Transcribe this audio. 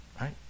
right